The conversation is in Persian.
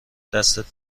دستت